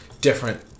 different